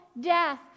death